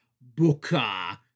Booker